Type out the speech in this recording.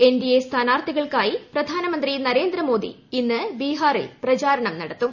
NDA സ്ഥാനാർസ്ഥികൾക്കായി പ്രധാനമന്ത്രി നരേന്ദ്രമോദി ഇന്ന് ബിഹാറിൽ പ്രചരണം നടത്തും